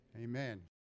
Amen